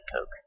coke